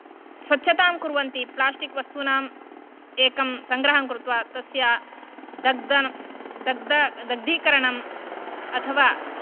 स्वच्छतां कुर्वन्ति प्लास्टिक् वस्तूनां एकं सङ्ग्रहं कृत्वा तस्य दग्धन दग्ध दग्धीकरणं अथवा